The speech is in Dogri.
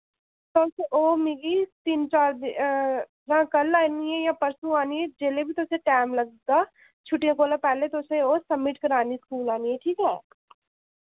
तुस ओ मिगी तिन्न चार दि जां कल आह्नियै जां परसूं आह्नियै जेल्लै बी तुसें टैम लगगा छुट्टियें कोला पैह्लें तुसें ओह् सब्मिट करानी स्कूल आह्नियै ठीक ऐ